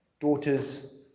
Daughters